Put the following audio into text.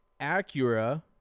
Acura